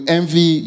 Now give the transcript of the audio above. envy